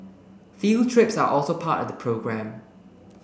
field trips are also part of the programme